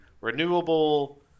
renewable